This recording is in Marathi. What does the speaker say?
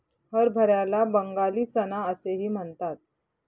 हरभऱ्याला बंगाली चना असेही म्हणतात